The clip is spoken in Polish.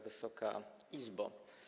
Wysoka Izbo!